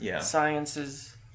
sciences